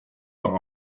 par